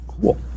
cool